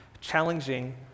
challenging